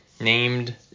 named